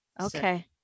Okay